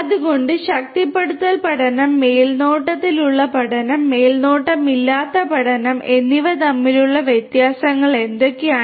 അതിനാൽ ശക്തിപ്പെടുത്തൽ പഠനം മേൽനോട്ടത്തിലുള്ള പഠനം മേൽനോട്ടമില്ലാത്ത പഠനം എന്നിവ തമ്മിലുള്ള വ്യത്യാസങ്ങൾ എന്തൊക്കെയാണ്